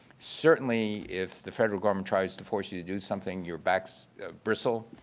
certainly if the federal government tries to force you to do something, your backs bristle.